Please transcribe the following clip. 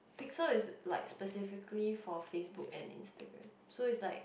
pixel is like specifically for Facebook and Instagram so is like